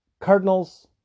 cardinals